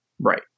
Right